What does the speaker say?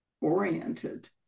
oriented